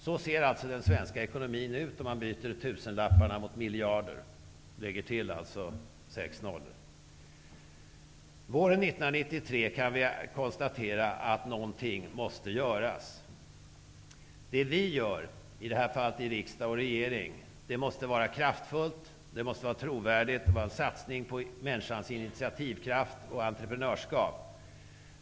Så ser alltså den svenska ekonomin ut, om man byter ut tusenlapparna mot miljarder och alltså lägger till sex nollor. Våren 1993 kan vi konstatera att något måste göras. Det som vi gör, i detta fall i riksdag och regering, måste vara kraftfullt. Det måste vara trovärdigt. Det måste vara en satsning på människans initiativkraft och entreprenörskap.